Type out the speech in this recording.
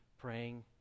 praying